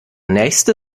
nächste